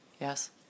Yes